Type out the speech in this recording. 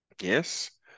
Yes